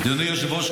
אדוני היושב-ראש,